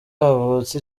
havutse